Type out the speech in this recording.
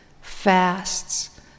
fasts